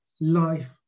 life